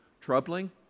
Troubling